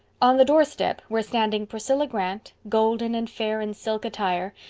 on the doorstep were standing priscilla grant, golden and fair in silk attire,